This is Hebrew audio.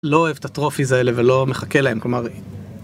לא אוהב את הטרופיס האלה ולא מחכה להם, כלומר...